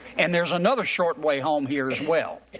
and there's another short way home here as well.